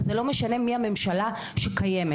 ולא משנה מי הממשלה שקיימת.